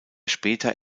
später